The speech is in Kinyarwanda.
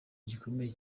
gikomeye